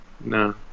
No